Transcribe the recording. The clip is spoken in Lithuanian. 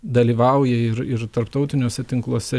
dalyvauja ir ir tarptautiniuose tinkluose